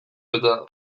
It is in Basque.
eta